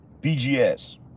BGS